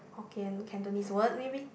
Hokkien Cantonese word maybe